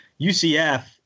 UCF